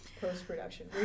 post-production